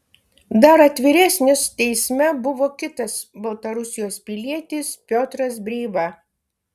dar atviresnis teisme buvo kitas baltarusijos pilietis piotras breiva